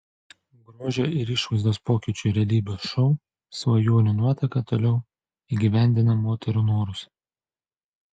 grožio ir išvaizdos pokyčių realybės šou svajonių nuotaka toliau įgyvendina moterų norus